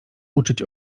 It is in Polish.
uczyć